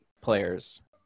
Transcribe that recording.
players